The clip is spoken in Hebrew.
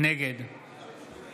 נגד